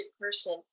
person